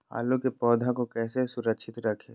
आलू के पौधा को कैसे सुरक्षित रखें?